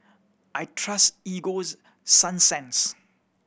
I trust Egoes sunsense